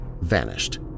vanished